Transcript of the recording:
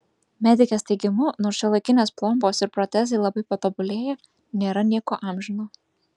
medikės teigimu nors šiuolaikinės plombos ir protezai labai patobulėję nėra nieko amžino